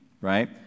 right